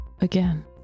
again